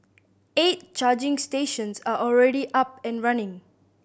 eight charging stations are already up and running